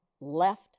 left